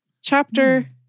Chapter